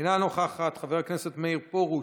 אינה נוכחת, חבר הכנסת מאיר פרוש,